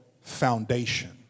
foundation